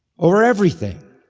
over everything.